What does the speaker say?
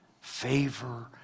favor